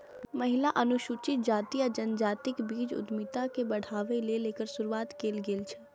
महिला, अनुसूचित जाति आ जनजातिक बीच उद्यमिता के बढ़ाबै लेल एकर शुरुआत कैल गेल छै